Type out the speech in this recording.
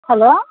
hello